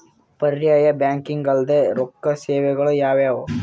ಪರ್ಯಾಯ ಬ್ಯಾಂಕಿಂಗ್ ಅಲ್ದೇ ರೊಕ್ಕ ಸೇವೆಗಳು ಯಾವ್ಯಾವು?